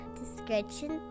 description